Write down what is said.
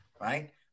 right